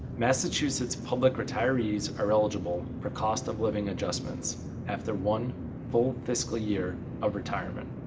massachusetts public retirees are eligible for cost-of-living adjustments after one full fiscal year of retirement.